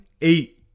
eight